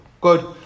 Good